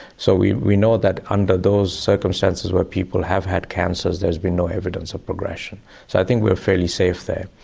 so we we know that under those circumstances where people have had cancers there's been no evidence of progression. so i think we're fairly safe there.